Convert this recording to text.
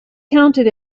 counted